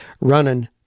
running